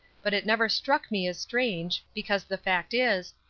but it never struck me as strange, because the fact is,